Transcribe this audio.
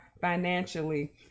financially